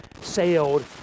sailed